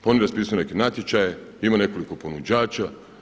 Pa oni raspisuju neke natječaje, ima nekoliko ponuđača.